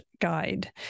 guide